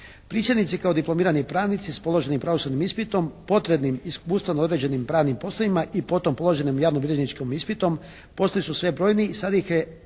Prisjednici kao diplomirani pravnici sa položenim pravosudnim ispitom potrebnim iskustvom na određenim pravnim poslovima i potom položenom javnobilježničkim ispitom postali su sve brojniji i sada ih je,